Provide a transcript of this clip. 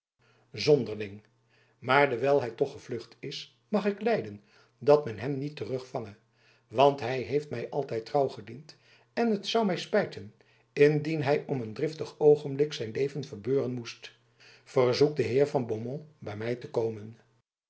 zonderling maar dewijl hij toch gevlucht is mag ik lijden dat men hem niet terugvange want hij heeft mij altijd trouw gediend en het zou mij spijten indien hij om een driftig oogenblik zijn leven verbeuren moest verzoek den heer van beaumont bij mij te komen